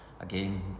Again